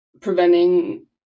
preventing